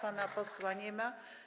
Pana posła nie ma.